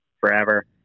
forever